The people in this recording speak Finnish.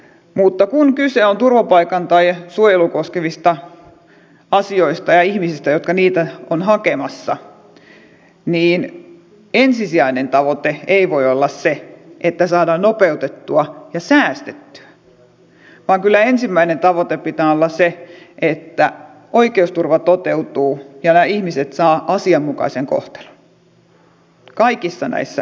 mutta kun kyse on turvapaikasta tai suojelua koskevista asioista ja ihmisistä jotka niitä ovat hakemassa niin ensisijainen tavoite ei voi olla se että saadaan nopeutettua ja säästettyä vaan kyllä ensimmäisen tavoitteen pitää olla se että oikeusturva toteutuu ja nämä ihmiset saavat asianmukaisen kohtelun kaikissa näissä asioissa